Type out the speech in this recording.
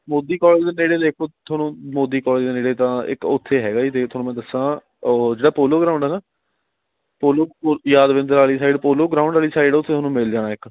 Modi college ਦੇ ਨੇੜੇ ਦੇਖੋ ਤੁਹਾਨੂੰ ਮੋਦੀ ਕੋਲਜ ਦੇ ਨੇੜੇ ਤਾਂ ਇੱਕ ਉੱਥੇ ਹੈਗਾ ਜੀ ਜੇ ਤੁਹਾਨੂੰ ਮੈਂ ਦੱਸਾਂ ਜਿਹੜਾ ਪੋਲੋ ਗਰਾਉਂਡ ਆ ਨਾ ਪੋਲੋ ਪੋਲ ਯਾਦਵਿੰਦਰ ਵਾਲੀ ਸਾਈਡ ਪੋਲੋ ਗਰਾਊਂਡ ਵਾਲੀ ਸਾਈਡ ਉੱਥੇ ਤੁਹਾਨੂੰ ਮਿਲ ਜਾਣਾ ਇੱਕ